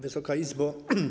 Wysoka Izbo!